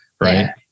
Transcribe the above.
right